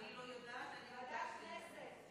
אני לא יודעת, ועדת הכנסת.